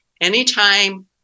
anytime